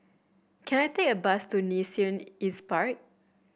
can I take a bus to Nee Soon East Park